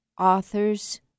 Authors